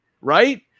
right